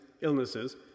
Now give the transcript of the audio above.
illnesses